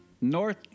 North